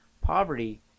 Poverty